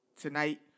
tonight